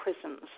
prisons